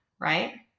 right